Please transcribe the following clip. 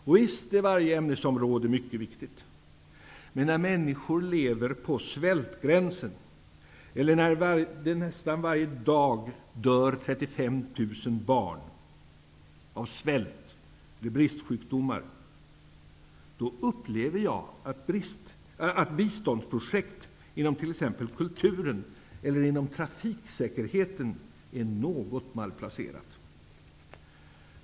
Visst är varje ämnesområde mycket viktigt. Men när människor lever på svältgränsen, när det nästan varje dag dör 35 000 barn av svält eller bristsjukdomar, upplever jag att biståndsprojekt inom t.ex. kulturen eller inom trafiksäkerheten är något malplacerat.